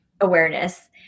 awareness